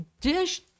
DISH